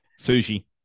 sushi